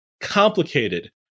complicated